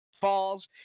falls